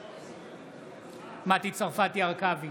בעד מטי צרפתי הרכבי,